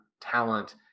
talent